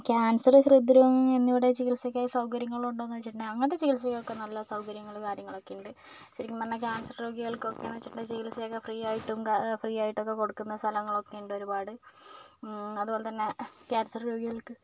cancer ഹൃദ്രോഗം എന്നിവയുടെ ചികിത്സയ്ക്കായി സൗകര്യങ്ങള് ഉണ്ടോ എന്ന് ചോദിച്ചിട്ടുണ്ടെങ്കിൽ അങ്ങനത്തെ ചികിത്സയ്ക്ക് ഒക്കെ നല്ല സൗകര്യങ്ങൾ കാര്യങ്ങൾ ഒക്കെയുണ്ട് ശരിക്കും പറഞ്ഞാല് ക്യാന്സര് രോഗികള് ഒക്കെ നല്ല ചികിത്സയൊക്കെ ഫ്രീയായിട്ടും ഫ്രീയായിട്ട് ഒക്കെ കൊടുക്കുന്ന സ്ഥലങ്ങളൊക്കെയുണ്ട് ഒരുപാട് അതേപോലെ തന്നെ ക്യാന്സര് രോഗികള്ക്ക്